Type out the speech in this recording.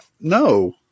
no